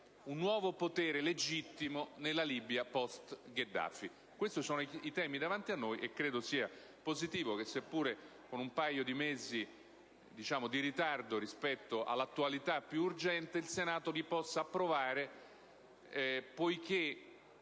un nuovo potere legittimo nella Libia *post* Gheddafi. Questi sono i temi davanti a noi e credo sia positivo che, seppure con un paio di mesi di ritardo rispetto all'attualità più urgente, il Senato li possa approvare oggi,